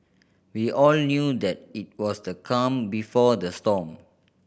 we all knew that it was the calm before the storm